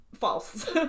false